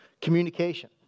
communication